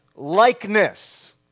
Likeness